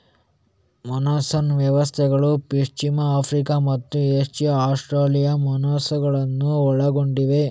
monsoon ವ್ಯವಸ್ಥೆಗಳು ಪಶ್ಚಿಮ Africa ಮತ್ತು ಏಷ್ಯಾ ಆಸ್ಟ್ರೇಲಿಯನ್ ಮಾನ್ಸೂನುಗಳನ್ನು ಒಳಗೊಂಡಿವೆ